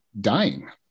dying